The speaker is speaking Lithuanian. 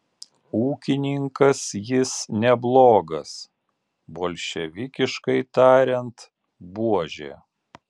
ūkininkas jis neblogas bolševikiškai tariant buožė